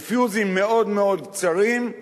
עם פיוזים מאוד מאוד קצרים,